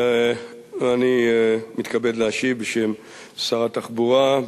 אני מתכבד להשיב בשם שר התחבורה.